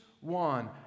one